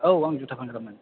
औ आं जुथा फानग्रामोन